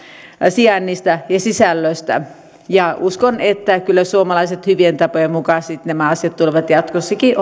sijainnista ja sisällöstä uskon että kyllä suomalaiset hyvien tapojen mukaan nämä asiat tulevat jatkossakin